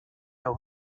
los